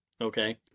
okay